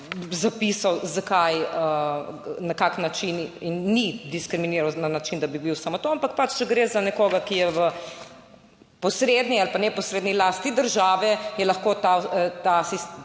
zapisal zakaj, na kakšen način in ni diskriminiran na način, da bi bil samo to, ampak pač, če gre za nekoga, ki je v posredni ali neposredni lasti države, je lahko ta del